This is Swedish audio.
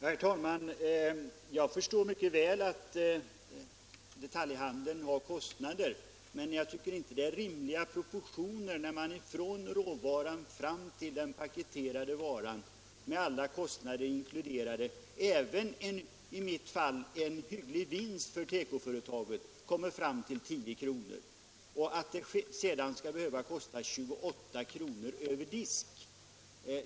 Herr talman! Jag förstår mycket väl att detaljhandeln har kostnader, men jag tycker ändå att det är orimliga proportioner när man från råvaran fram till den paketerade varan med alla kostnader inkl. en, som i det fall jag anfört, hygglig vinst för tekoföretaget kommer fram till 10 kr. och varan sedan skall behöva kosta 28 kr. över disk.